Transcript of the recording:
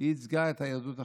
היא ייצגה את היהדות החרדית,